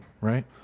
right